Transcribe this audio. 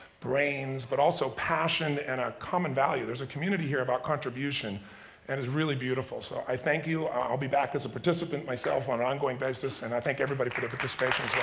brains, but also passion and a common value. there's a community here about contribution and is really beautiful. so i thank you, i'll be back as a participant myself on an ongoing basis and i thank everybody for their participation as